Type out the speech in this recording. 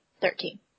thirteen